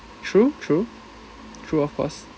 true true true of course